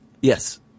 Yes